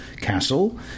Castle